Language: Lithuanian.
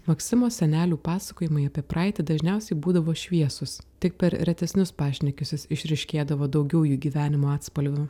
maksimo senelių pasakojimai apie praeitį dažniausiai būdavo šviesūs tik per retesnius pašnekesius išryškėdavo daugiau jų gyvenimo atspalvių